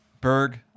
Berg